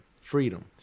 Freedom